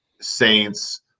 Saints